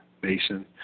basin